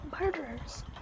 Murderers